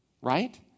right